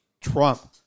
Trump